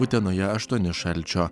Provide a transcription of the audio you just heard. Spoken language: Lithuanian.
utenoje aštuoni šalčio